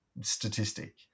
statistic